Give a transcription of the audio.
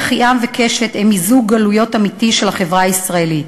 יחיעם וקשת הם מיזוג גלויות אמיתי של החברה הישראלית.